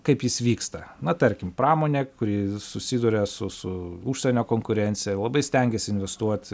kaip jis vyksta na tarkim pramonė kuri susiduria su su užsienio konkurencija labai stengiasi investuot